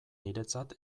niretzat